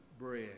bread